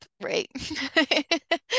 right